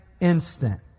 instant